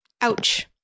Ouch